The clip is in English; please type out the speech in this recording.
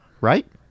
right